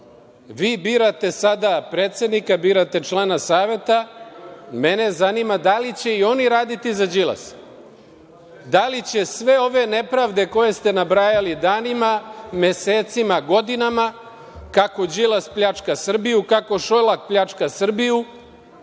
Vi birate sada predsednika, birate članove Saveta, mene zanima da li će i oni raditi za Đilasa? Da li će sve ove nepravde koje ste nabrajali danima, mesecima, godinama, kako Đilas pljačka Srbiju, kako Šolak pljačka Srbiju,